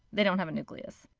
they don't have a nucleus.